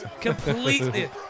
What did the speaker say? Completely